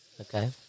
Okay